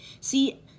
See –